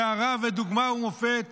הארה, דוגמה ומופת